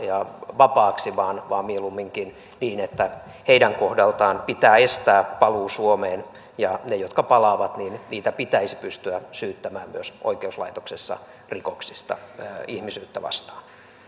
vapaaksi vaan vaan mieluumminkin niin että heidän kohdaltaan pitää estää paluu suomeen niitä jotka palaavat pitäisi myös pystyä syyttämään oikeuslaitoksessa rikoksista ihmisyyttä vastaan